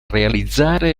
realizzare